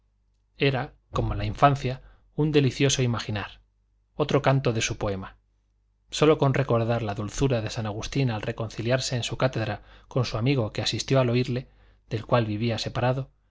era como en la infancia un delicioso imaginar otro canto de su poema sólo con recordar la dulzura de san agustín al reconciliarse en su cátedra con un amigo que asistió a oírle del cual vivía separado